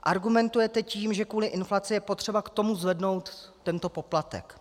Argumentujete tím, že kvůli inflaci je potřeba k tomu zvednout tento poplatek.